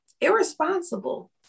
irresponsible